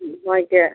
ம் ஓகே